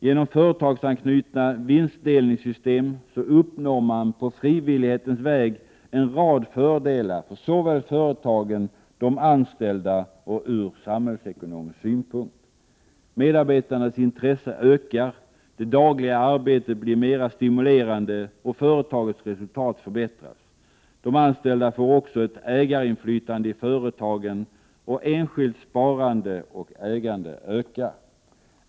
Genom företagsanknutna vinstdelningssystem uppnår man på frivillighetens väg en rad fördelar för företagen, för de anställda och ur samhällsekonomisk synpunkt. Medarbetarnas intresse ökar. Det dagliga arbetet blir mer stimulerande, och företagets resultat förbättras. De anställda får också ett ägarinflytande i företagen, och enskilt sparande och ägande ökar.